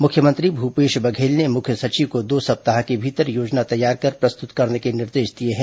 मुख्यमंत्री भूपेश बघेल ने मुख्य सचिव को दो सप्ताह के भीतर योजना तैयार कर प्रस्तुत करने के निर्देश दिए हैं